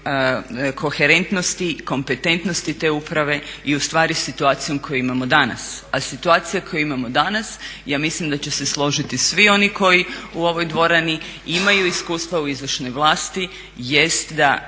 koherentnosti i kompetentnosti te uprave i u stvari situacijom koju imamo danas, a situacija koju imamo danas ja mislim da će se složiti svi oni koji u ovoj dvorani imaju iskustva u izvršnoj vlasti jest da